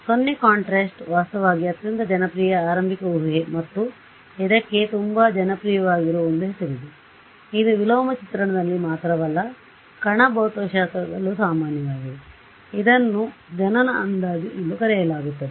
ಆದ್ದರಿಂದ 0 ಕಾಂಟ್ರಾಸ್ಟ್ ವಾಸ್ತವವಾಗಿ ಅತ್ಯಂತ ಜನಪ್ರಿಯ ಆರಂಭಿಕ ಊಹೆ ಮತ್ತು ಇದಕ್ಕೆ ತುಂಬಾ ಜನಪ್ರಿಯವಾಗಿರುವ ಒಂದು ಹೆಸರಿದೆ ಇದು ವಿಲೋಮ ಚಿತ್ರಣದಲ್ಲಿ ಮಾತ್ರವಲ್ಲ ಕಣ ಭೌತಶಾಸ್ತ್ರದಲ್ಲೂ ಸಾಮಾನ್ಯವಾಗಿದೆ ಇದನ್ನು ಜನನ ಅಂದಾಜು ಎಂದು ಕರೆಯಲಾಗುತ್ತದೆ